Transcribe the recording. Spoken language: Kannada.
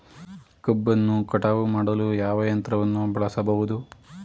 ಕಬ್ಬನ್ನು ಕಟಾವು ಮಾಡಲು ಯಾವ ಯಂತ್ರವನ್ನು ಬಳಸಬಹುದು?